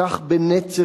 לפלסטינים?